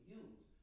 use